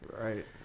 Right